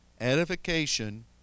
edification